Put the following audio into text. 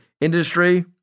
industry